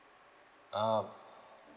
ah